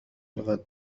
الغد